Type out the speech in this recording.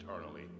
eternally